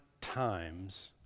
times